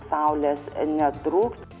saulės netrūks